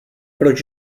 proč